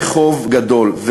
זה חוב גדול.